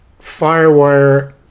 firewire